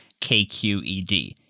KQED